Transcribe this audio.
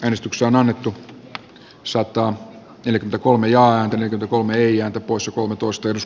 äänestyksen annettu saatto eli kolme jaatinen komedia pois uutuusteos